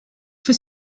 for